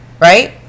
Right